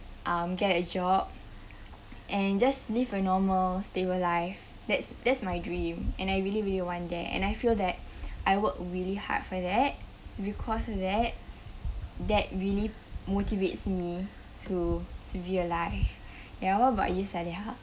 um get a job and just live a normal stable life that's that's my dream and I really really want that and I feel that I work really hard for that because of that that really motivates me to to be alive ya what about you saleha